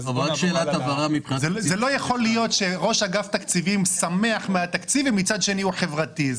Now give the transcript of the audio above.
זה לא יכול להיות שראש אגף תקציבים שמח מהתקציב ומצד שני הוא חברתי.